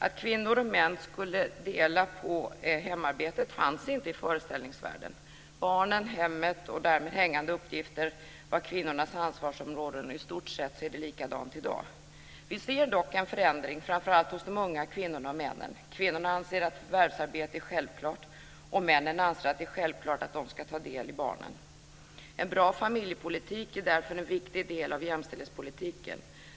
Att kvinnor och män skulle dela på hemarbetet fanns inte i föreställningsvärlden. Barnen, hemmet och därmed sammanhängande uppgifter var kvinnornas ansvarsområden, och i stort sett är det likadant i dag. Vi ser dock en förändring framför allt hos de unga kvinnorna och männen. Kvinnorna anser att förvärvsarbete är självklart, och männen anser att det är självklart att de ska ta del i barnen. En bra familjepolitik är därför en viktig del av jämställdhetspolitiken.